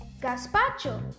Gaspacho